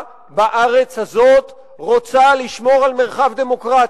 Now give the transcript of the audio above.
בארץ הזאת רוצה לשמור על מרחב דמוקרטי.